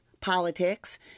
politics